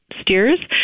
steers